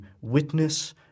witness